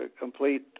complete